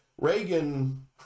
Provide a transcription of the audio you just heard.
Reagan